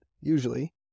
usually